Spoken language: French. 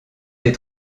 des